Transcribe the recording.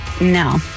No